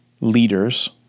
leaders